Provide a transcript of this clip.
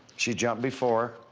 she jumped before.